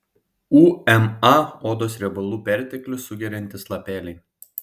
uma odos riebalų perteklių sugeriantys lapeliai